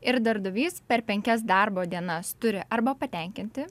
ir darbdavys per penkias darbo dienas turi arba patenkinti